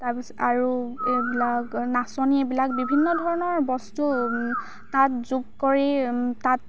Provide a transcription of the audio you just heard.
তাৰপিছ আৰু এইবিলাক নাচনী এইবিলাক বিভিন্ন ধৰণৰ বস্তু তাত যোগ কৰি তাঁত